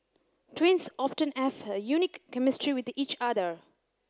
twins often have a unique chemistry with each other